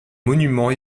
monuments